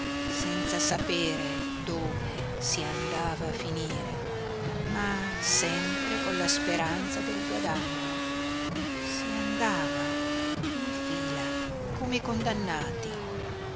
senza sapere dove si andava a finire ma sempre con la speranza del guadagno si andava in fila come i condannati